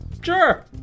Sure